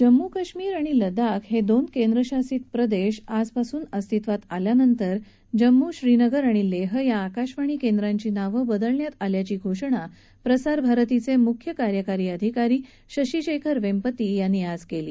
जम्मू कश्मीर आणि लद्दाख हे दोन केंद्रशासित प्रदेश आजपासून अस्तित्वात आल्यानंतर जम्मू श्रीनगर आणि लेह या आकाशवाणी केंद्रांची नावं बदलण्यात आल्याची घोषणा प्रसारभारतीचे म्ख्य कार्यकारी अधिकारी शशी शेखर वेम्पती यांनी आज केली